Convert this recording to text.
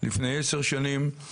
לפני עשר שנים,